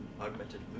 augmented